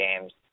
games